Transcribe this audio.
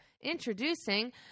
introducing